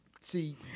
see